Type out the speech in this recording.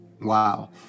Wow